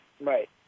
Right